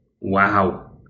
Wow